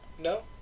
No